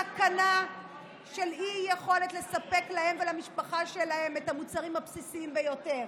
בסכנה של אי-יכולת לספק להם ולמשפחה שלהם את המוצרים הבסיסיים ביותר?